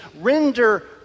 render